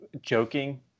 joking